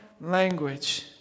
language